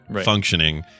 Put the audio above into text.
functioning